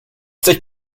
sich